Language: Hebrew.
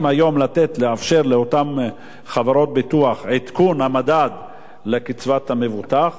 האם היום לאפשר לאותן חברות ביטוח את עדכון המדד לקצבת המבוטח